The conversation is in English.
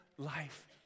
life